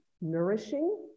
nourishing